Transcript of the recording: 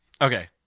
okay